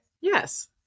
Yes